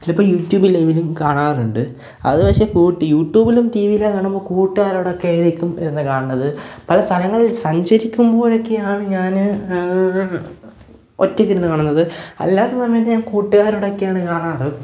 ചിലപ്പോൾ യൂട്യൂബ് ലൈവിലും കാണാറുണ്ട് അത് പക്ഷേ യൂ യൂട്യൂബിലും ടി വിയിലും കാണുമ്പോൾ കൂട്ടുകാരോടൊക്കെ നിൽക്കും എന്താ കാണുന്നത് പലസ്ഥലങ്ങളിൽ സഞ്ചരിക്കുമ്പോഴൊക്കെയാണ് ഞാൻ ഒറ്റയ്ക്കിരുന്നു കാണുന്നത് അല്ലാത്ത സമയത്ത് ഞാൻ കൂട്ടുകാരോടൊക്കെയാണ് കാണാറ്